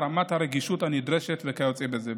רמת הרגישות הנדרשת וכיוצא בזה,